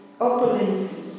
opulence